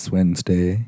Wednesday